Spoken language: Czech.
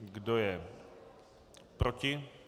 Kdo je proti?